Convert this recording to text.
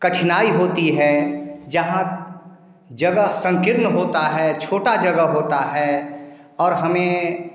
कठिनाई होती है जहाँ जगह संकीर्ण होता है छोटा जगह होता है और हमें